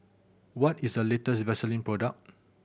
what is a latest Vaselin product